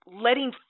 letting